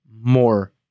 more